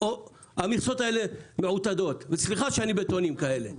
אני לא בא בטענות כלפי